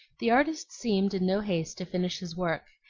the artist seemed in no haste to finish his work,